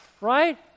right